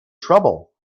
trouble